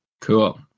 Cool